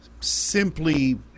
simply